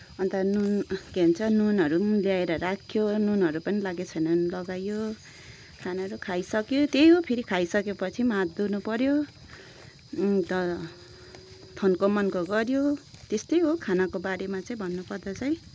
अन्त नुन के भन्छ नुनहरू पनि त्याएर राख्यो अब नुनहरू पनि लागेको छैन भने लगायो खानाहरू खाइसक्यो त्यही हो फेरि खाइसकेपछि पनि हात धुनु पऱ्यो अन्त थान्को मुन्को गऱ्यो त्यस्तै हो खानाको बारेमा चाहिँ भन्नु पर्दा चाहिँ